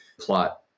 plot